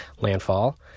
landfall